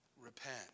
repent